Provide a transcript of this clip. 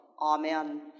Amen